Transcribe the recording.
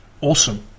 Awesome